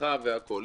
ושכחה והכול.